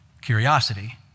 curiosity